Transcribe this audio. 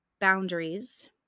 boundaries